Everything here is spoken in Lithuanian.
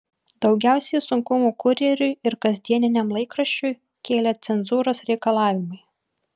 daugiausiai sunkumų kurjeriui ir kasdieniniam laikraščiui kėlė cenzūros reikalavimai